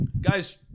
guys